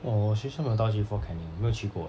orh 我学校没有带我去 fort canning 我没有去过